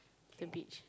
the beach